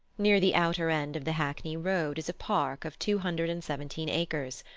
near the outer end of the hackney road is a park of two hundred and seventeen acres,